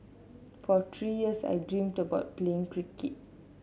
for three years I dreamed about playing cricket